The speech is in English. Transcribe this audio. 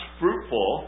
fruitful